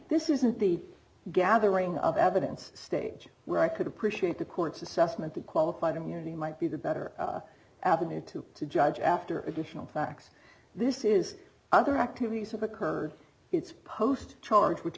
this isn't the gathering of evidence stage where i could appreciate the court's assessment that qualified immunity might be the better avenue to to judge after additional facts this is other activities have occurred it's post charge which